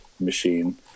machine